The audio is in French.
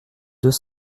deux